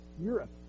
Europe